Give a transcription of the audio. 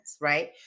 right